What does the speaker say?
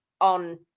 on